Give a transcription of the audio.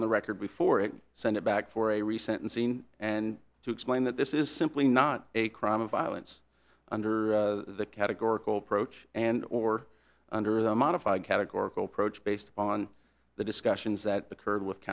on the record before it sent it back for a recent and seen and to explain that this is simply not a crime of violence under the categorical approach and or under the modified categorical approach based on the discussions that occurred with